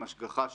עם השגחה שלנו,